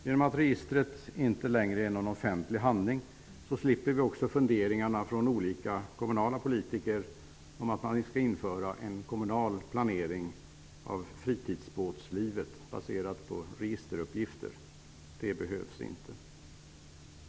Genom att registret nu inte längre är någon offentlig handling så slipper vi också funderingar hos kommunala politiker om att man skall införa en kommunal planering av fritidsbåtslivet baserad på registeruppgifter. Det behövs inte.